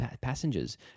passengers